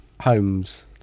homes